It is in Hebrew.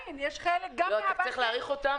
צריך להאריך אותן,